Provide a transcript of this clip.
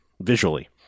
visually